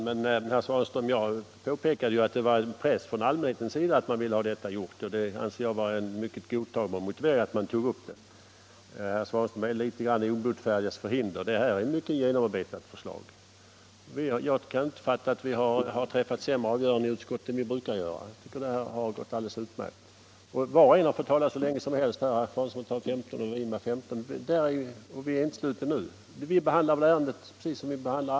Herr talman! Jag påpekade ju, herr Svanström, att det var en press från allmänhetens sida att ärendet skulle tas upp nu, och det anser jag vara en godtagbar motivering. Vad herr Svanström säger verkar vara litet av den obotfärdiges för hinder. Detta är ett mycket genomarbetat förslag. Jag kan inte fatta att det skulle vara sämre än vad vi brukar åstadkomma. Var och en har fått tala hur länge som helst, och vi har behandlat ärendet precis som alla andra.